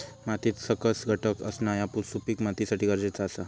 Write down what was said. मातीत सकस घटक असणा ह्या सुपीक मातीसाठी गरजेचा आसा